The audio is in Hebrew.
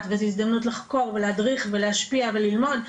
וזו הזדמנות לחקור ולהדריך ולהשפיע וללמוד.